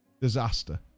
disaster